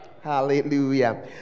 Hallelujah